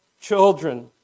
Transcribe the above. children